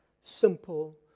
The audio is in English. simple